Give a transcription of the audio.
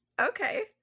Okay